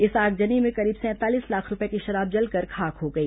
इस आगजनी में करीब सैंतालीस लाख रूपये की शराब जलकर खाक हो गई